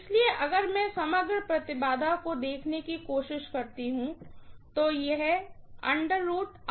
इसलिए अगर मैं समग्र इम्पीडेन्स को देखने की कोशिश करती हूँ तो यह है